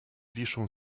wiszą